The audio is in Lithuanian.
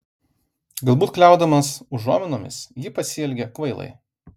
galbūt kliaudamas užuominomis ji pasielgė kvailai